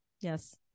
Yes